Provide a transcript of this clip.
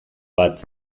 bat